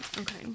Okay